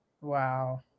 Wow